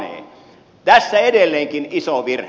tässä on edelleenkin iso virhe